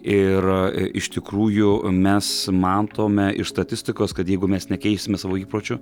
ir iš tikrųjų mes matome iš statistikos kad jeigu mes nekeisime savo įpročių